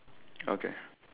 okay